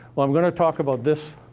well, i'm gonna talk about this